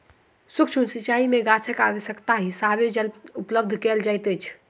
सुक्ष्म सिचाई में गाछक आवश्यकताक हिसाबें जल उपलब्ध कयल जाइत अछि